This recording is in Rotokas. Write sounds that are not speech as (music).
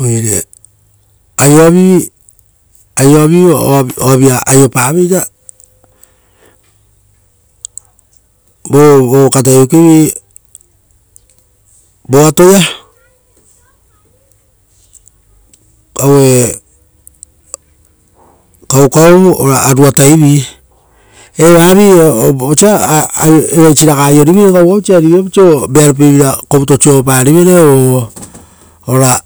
Oire aio avi aio avi oavia aiopa veira vo katai voki vi atoia aue kakau ora arua taivii, eva vi vosa evaisi raga aio rivere kaukau isi ari viapau oiso vearo pie vira kovuto sovo parivere o, (noise) ora